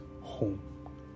home